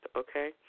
okay